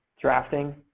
drafting